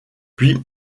puis